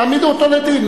תעמידו אותו לדין,